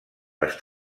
les